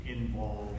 involved